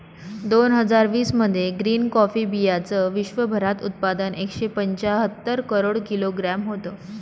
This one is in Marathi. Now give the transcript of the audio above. दोन हजार वीस मध्ये ग्रीन कॉफी बीयांचं विश्वभरात उत्पादन एकशे पंच्याहत्तर करोड किलोग्रॅम होतं